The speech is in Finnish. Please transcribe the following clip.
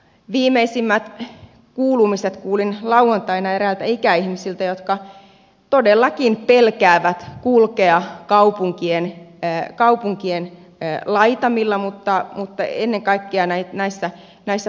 viimeisimmät kuulumiset kuulin lauantaina eräiltä ikäihmisiltä jotka todellakin pelkäävät kulkea kaupunkien laitamilla mutta ennen kaikkea näin naista ja isä